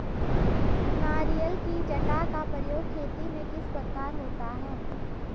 नारियल की जटा का प्रयोग खेती में किस प्रकार होता है?